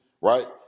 right